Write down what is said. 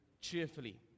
cheerfully